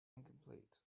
incomplete